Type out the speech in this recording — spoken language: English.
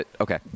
okay